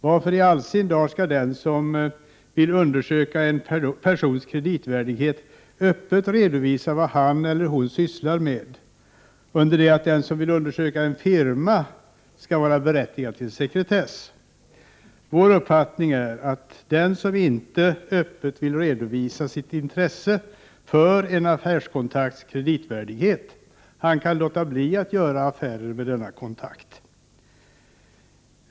Varför skall då den som vill undersöka en persons kreditvärdighet öppet redovisa vad han eller hon sysslar med under det att den som vill undersöka en firma skall vara berättigad till sekretess? Vår uppfattning är att den som inte öppet vill redovisa sitt intresse för en affärskontakts kreditvärdighet kan låta bli att göra affärer med denna kontakt.